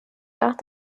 nach